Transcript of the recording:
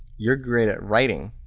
you're great at writing,